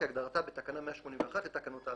כהגדרתה בתקנה 181 לתקנות ההפעלה."